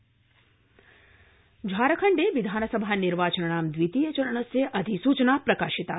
झारखण्डम् झारखण्डे विधानसभा निर्वाचनानां द्वितीय चरणस्य अधिसूचना प्रकाशिता